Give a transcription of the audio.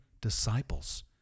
disciples